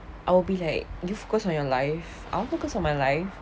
I'll be like you focus on your life I focus on my life